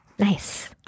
Nice